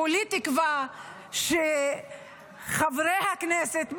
כולי תקווה שחברי הכנסת,